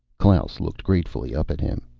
klaus looked gratefully up at him.